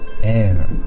air